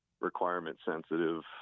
requirement-sensitive